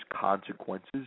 consequences